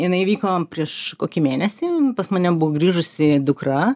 jinai įvyko prieš kokį mėnesį pas mane buvo grįžusi dukra